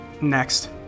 Next